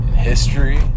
history